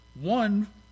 one